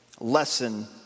lesson